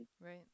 Right